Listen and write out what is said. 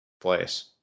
place